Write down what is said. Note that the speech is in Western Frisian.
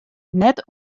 net